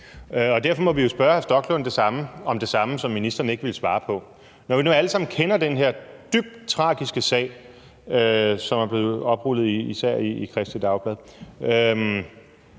hr. Rasmus Stoklund om det samme, som ministeren ikke ville svare på. Når vi nu alle sammen kender den her dybt tragiske sag, som er blevet oprullet i især Kristeligt Dagblad,